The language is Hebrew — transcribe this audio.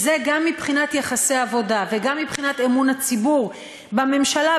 גם מבחינת יחסי עבודה וגם מבחינת אמון הציבור בממשלה,